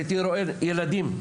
הייתי רואה ילדים,